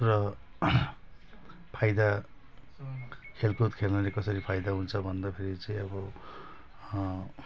र फाइदा खेलकुद खेल्नाले कसरी फाइदा हुन्छ भन्दाखेरि चाहिँ अब